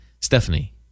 Stephanie